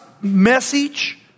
message